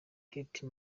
kate